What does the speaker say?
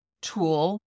tool